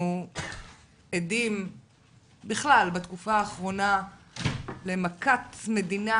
אנחנו עדים בכלל בתקופה האחרונה למכת מדינה